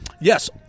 Yes